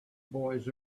boys